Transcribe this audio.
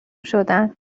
شدن